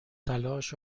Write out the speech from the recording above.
تلاش